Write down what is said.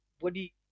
body